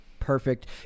Perfect